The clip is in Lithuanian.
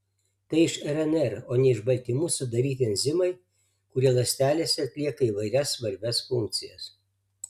tai iš rnr o ne iš baltymų sudaryti enzimai kurie ląstelėse atlieka įvairias svarbias funkcijas